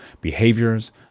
behaviors